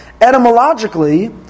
Etymologically